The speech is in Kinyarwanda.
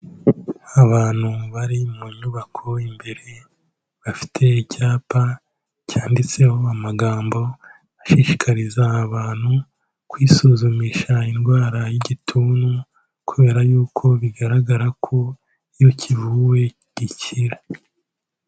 Abantu bari mu nyubako imbere bafite icyapa cyanditseho amagambo ashishikariza abantu kwisuzumisha indwara y'igituntu kubera yuko bigaragara ko iyo kivuwe gikira.